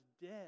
dead